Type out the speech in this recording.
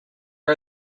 are